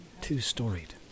two-storied